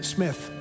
Smith